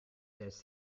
test